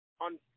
on